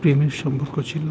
প্রেমের সম্পর্ক ছিলো